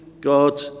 God